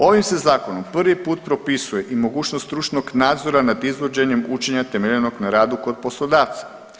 Ovim se zakonom prvi put propisuje i mogućnost stručnog nadzora nad izvođenjem učenja temeljenog na radu kod poslodavca.